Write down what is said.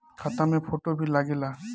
खाता मे फोटो भी लागे ला?